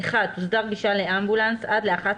(1) תוסדר גישה לאמבולנס עד לאחת